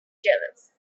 jealous